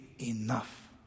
enough